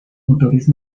motores